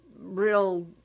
real